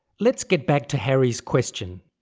let's get back to harry's question.